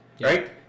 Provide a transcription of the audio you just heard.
right